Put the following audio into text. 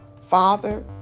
Father